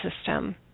system